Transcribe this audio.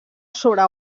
sobre